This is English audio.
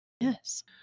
Yes